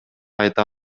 айта